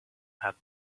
had